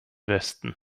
westen